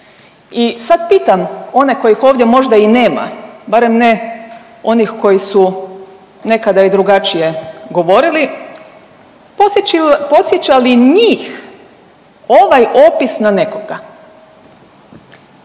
I sad pitam one kojih ovdje možda i nema, barem ne onih koji su nekada i drugačije govorili, podsjeća li njih ovaj opis na nekoga?